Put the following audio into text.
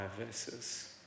verses